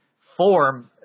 form